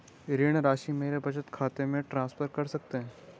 ऋण राशि मेरे बचत खाते में ट्रांसफर कर सकते हैं?